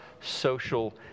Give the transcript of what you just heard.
social